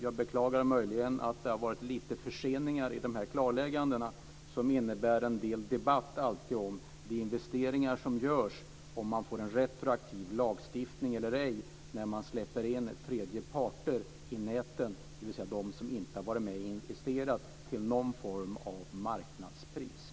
Jag beklagar möjligen att det har varit lite förseningar med dessa klarlägganden, som alltid innebär en del debatt om de investeringar som görs, om man får en retroaktiv lagstiftning eller ej när man släpper in tredje parter i näten, dvs. de som inte har varit med och investerat till någon form av marknadspris.